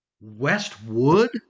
Westwood